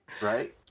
Right